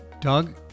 Doug